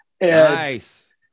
nice